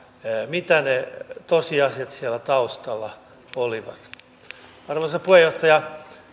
mitä ne tosiasiat siellä taustalla olivat arvoisa puheenjohtaja